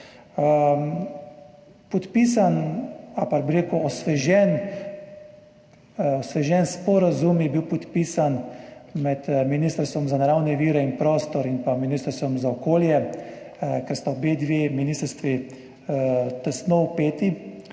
Podpisan ali pa osvežen sporazum je bil podpisan med Ministrstvom za naravne vire in prostor in pa Ministrstvom za okolje, ker sta obe ministrstvi tesno vpeti